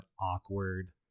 awkward